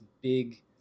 big